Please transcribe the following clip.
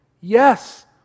Yes